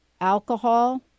alcohol